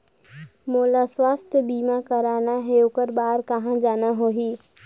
मोला स्वास्थ बीमा कराना हे ओकर बार कहा जाना होही?